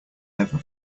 never